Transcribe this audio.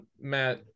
matt